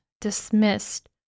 dismissed